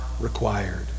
required